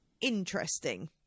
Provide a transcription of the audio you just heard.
interesting